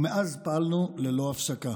ומאז פעלנו ללא הפסקה.